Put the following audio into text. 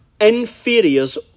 inferior's